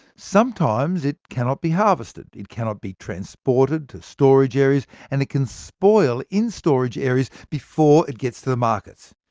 sometimes it cannot be harvested, it cannot be transported to storage areas and it can spoil in storage areas before it gets to the markets.